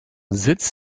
sitz